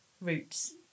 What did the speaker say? routes